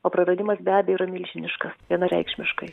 o praradimas be abejo yra milžiniškas vienareikšmiškai